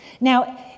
Now